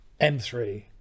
m3